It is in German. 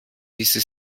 diese